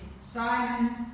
Simon